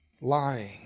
lying